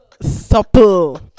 Supple